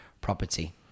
property